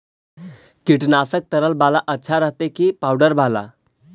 कीटनाशक तरल बाला अच्छा रहतै कि पाउडर बाला?